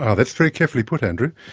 ah that's very carefully put andrew.